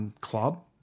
club